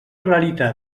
realitat